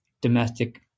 domestic